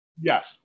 Yes